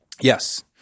Yes